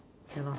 yeah lah